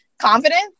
confidence